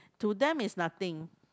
to them is nothing